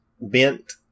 bent